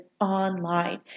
online